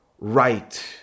right